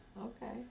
okay